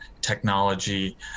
technology